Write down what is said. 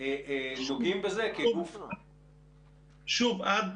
נוגעים בזה כגוף --- שוב, עד